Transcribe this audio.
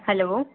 hello